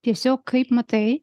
tiesiog kaip matai